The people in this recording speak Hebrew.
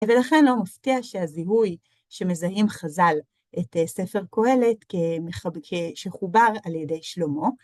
ולכן לא מפתיע שהזיהוי שמזהים חז"ל את ספר קהלת, שחובר על ידי שלמה.